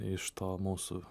iš to mūsų